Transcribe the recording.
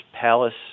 Palace